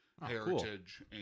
heritage